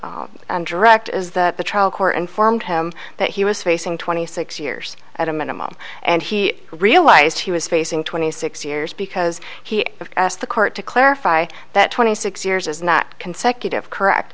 direct is that the trial court informed him that he was facing twenty six years at a minimum and he realized he was facing twenty six years because he asked the court to clarify that twenty six years is not consecutive correct